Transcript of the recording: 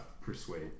persuade